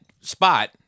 spot